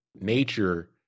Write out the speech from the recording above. nature